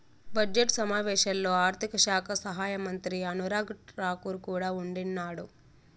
budget సమావేశాల్లో ఆర్థిక శాఖ సహాయమంత్రి అనురాగ్ రాకూర్ కూడా ఉండిన్నాడు